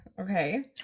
Okay